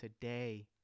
today